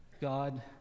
God